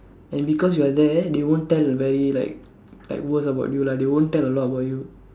and because you are there they won't tell the very like like worst about you lah they won't tell a lot about you